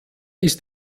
ist